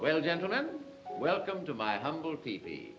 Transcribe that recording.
well gentlemen welcome to my humble t